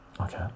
okay